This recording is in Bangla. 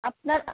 আপনার